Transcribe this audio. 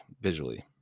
visually